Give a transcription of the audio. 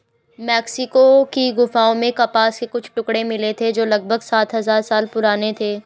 Mexico की गुफाओं में कपास के कुछ टुकड़े मिले थे जो लगभग सात हजार साल पुराने थे